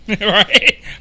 Right